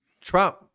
Trump